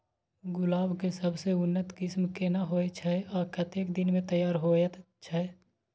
गुलाब के सबसे उन्नत किस्म केना होयत छै आ कतेक दिन में तैयार होयत छै?